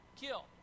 kill